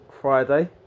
Friday